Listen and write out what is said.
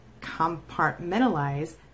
compartmentalize